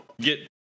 get